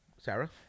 Sarah